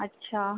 अच्छा